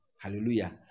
Hallelujah